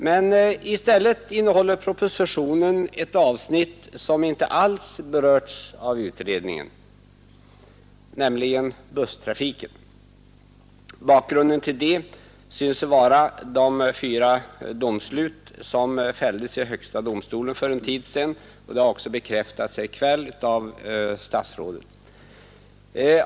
Men i stället innehåller propositionen ett avsnitt som inte alls berörts av utredningen, nämligen busstrafiken. Bakgrunden till det synes vara de fyra domslut som fälldes i högsta domstolen för en tid sedan; det har också bekräftats här i kväll av kommunikationsministern.